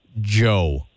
Joe